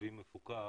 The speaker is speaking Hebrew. מתנדבים מפוקח,